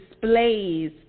displays